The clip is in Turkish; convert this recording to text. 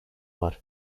var